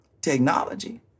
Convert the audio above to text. technology